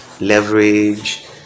leverage